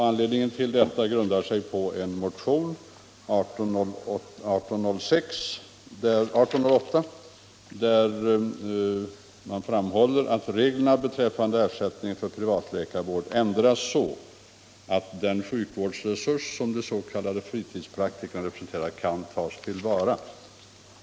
Anledningen härtill är en motion, 1808, i vilken hemställs ”att reglerna beträffande ersättningen för privatläkarvård ändras så, att den sjukvårdsresurs som de s.k. fritidspraktikerna representerar kan tas till vara”.